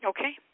Okay